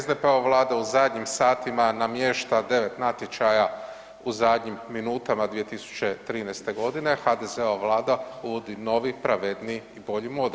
SDP-ova vlada u zadnjim satima namješta 9 natječaja u zadnjim minutama 2013. godine, HDZ-ova Vlada nudi novi pravedniji i bolji model.